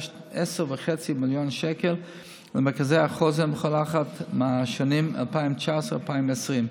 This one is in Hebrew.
10.5 מיליון שקל למרכזי החוסן בכל אחת מהשנים 2019 ו-2020.